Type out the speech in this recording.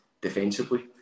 defensively